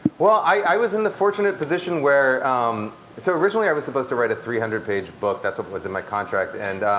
well, i was in the fortunate position where so originally i was supposed to write a three hundred page book, that's what was in my contract. and